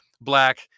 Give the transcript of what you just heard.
Black